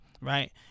right